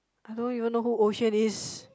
I don't even know who oh xuan is